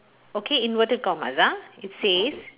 okay inverted commas ah it says